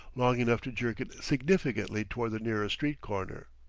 long enough to jerk it significantly toward the nearer street-corner.